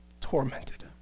tormented